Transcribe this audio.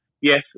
Yes